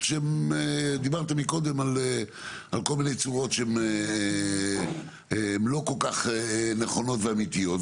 דיברת קודם על כל מיני צורות שהן לא כל כך נכונות ואמיתיות,